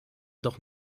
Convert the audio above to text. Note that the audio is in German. doch